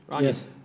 Yes